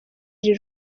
iri